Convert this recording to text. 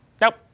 Nope